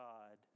God